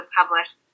published